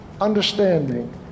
understanding